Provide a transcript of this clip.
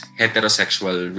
heterosexual